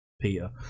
Peter